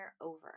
over